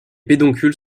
pédoncules